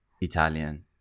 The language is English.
Italian